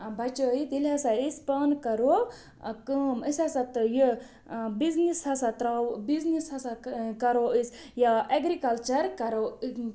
بَچٲیِتھ ییٚلہِ ہَسا أسۍ پانہٕ کَرَو کٲم أسۍ ہَسا تو یہِ بِزنِس ہَسا ترٛاوو بِزنِس ہَسا کَرو أسۍ یا اٮ۪گرِکَلچَر کَرَو